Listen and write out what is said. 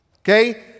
Okay